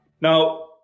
Now